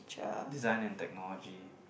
design and technology